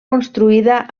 construïda